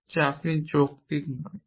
যা একটি যৌক্তিক নয়